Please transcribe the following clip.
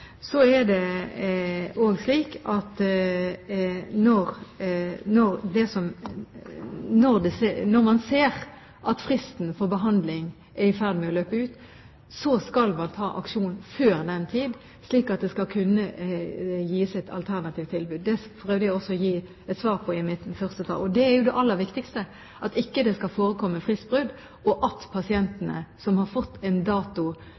Så er det også slik at når man ser at fristen for behandling er i ferd med å løpe ut, skal man aksjonere – før den tid – slik at det skal kunne gis et alternativt tilbud. Det prøvde jeg også å si i mitt første svar. Det aller viktigste er at det ikke skal forekomme fristbrudd, og at pasienter som har fått en dato